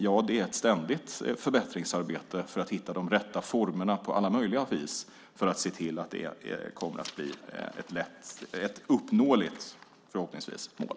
Ja, det är ett ständigt förbättringsarbete för att hitta de rätta formerna på alla möjliga vis, för att se till att det förhoppningsvis kommer att bli ett uppnåeligt mål.